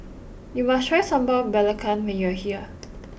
you must try Sambal Belacan when you are here